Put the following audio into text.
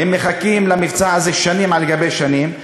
הם מחכים למבצע הזה שנים על שנים.